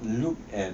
look at